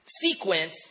sequence